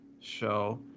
show